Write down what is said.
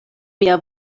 mia